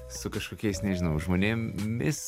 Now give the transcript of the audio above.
su kažkokiais nežinau žmonėmis